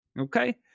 Okay